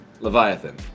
Leviathan